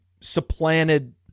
supplanted